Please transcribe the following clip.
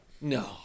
No